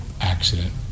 accident